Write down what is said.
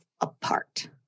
apart